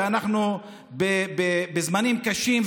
ואנחנו בזמנים קשים,